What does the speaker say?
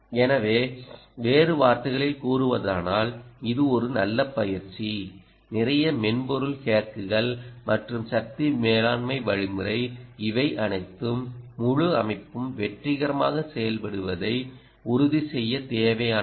எனவே வேறு வார்த்தைகளில் கூறுவதானால் இது ஒரு நல்ல பயிற்சி நிறைய மென்பொருள் ஹேக்குகள் மற்றும் சக்தி மேலாண்மை வழிமுறை இவை அனைத்தும் முழு அமைப்பும் வெற்றிகரமாக செயல்படுவதை உறுதி செய்ய தேவையானவை